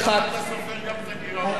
כלכלה פשוט.